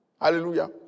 Hallelujah